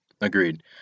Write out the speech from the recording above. agreed